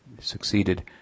succeeded